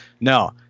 No